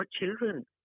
children